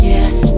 Yes